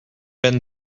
been